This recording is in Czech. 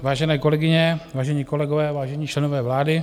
Vážené kolegyně, vážení kolegové, vážení členové vlády.